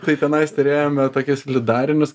tai tenais turėjome tokius lidarinius